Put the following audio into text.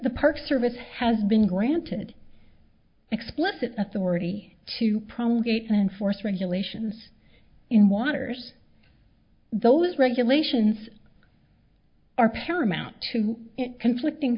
the park service has been granted explicit authority to promulgate and enforce regulations in waters those regulations are paramount to conflicting